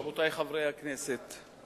רבותי חברי הכנסת,